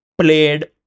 played